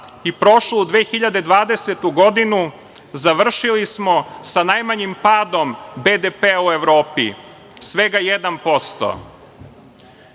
i prošlu 2020. godinu završili smo sa najmanjim padom BDP-a u Evropi, svega 1%.